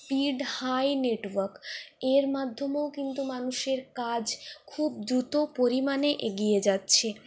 speed high network এর মাধ্যমেও কিন্তু মানুষের কাজ খুব দ্রুত পরিমাণে এগিয়ে যাচ্ছে